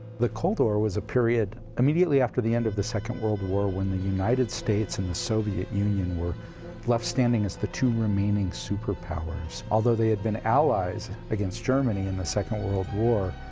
the cold war was a period immediately after the end of the second world war when the united states and the soviet union were left standing as the two remaining super powers. although they'd been allies against germany in the second world war,